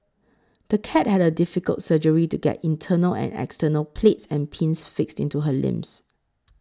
the cat had a difficult surgery to get internal and external plates and pins fixed into her limbs